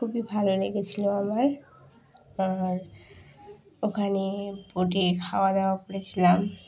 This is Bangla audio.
খুবই ভালো লেগেছিলো আমার আর ওখানে বোটে খাওয়া দাওয়া করেছিলাম